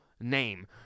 name